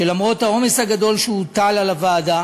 שלמרות העומס הגדול שהוטל על הוועדה